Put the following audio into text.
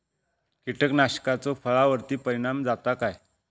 कीटकनाशकाचो फळावर्ती परिणाम जाता काय?